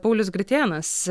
paulius gritėnas